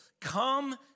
come